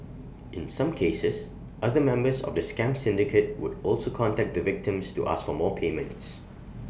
in some cases other members of the scam syndicate would also contact the victims to ask for more payments